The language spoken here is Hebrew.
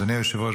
אדוני היושב-ראש,